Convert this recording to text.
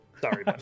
Sorry